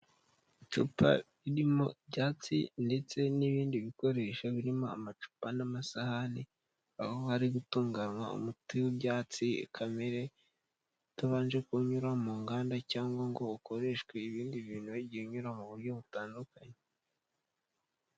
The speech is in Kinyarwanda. Icupa ririmo ibyatsi ndetse n'ibindi bikoresho birimo amacupa n'amasahani, aho hari gutunganywa umuti w'ibyatsi kamere, utabanje kunyura mu nganda cyangwa ngo ukoreshwe ibindi bintu, wagiye unyura mu buryo butandukanye.